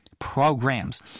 programs